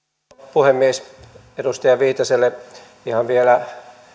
puhemies edustaja viitaselle ihan vielä